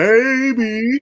Baby